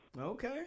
Okay